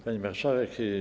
Pani Marszałek!